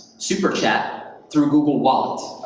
superchat through google wallet.